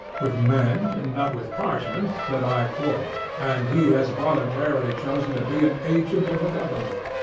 with men and not with parchment that i quarrel and he has voluntarily chosen to be an agent of the government.